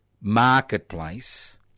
marketplace